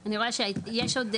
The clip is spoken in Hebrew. אני רואה שיש עוד,